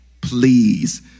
please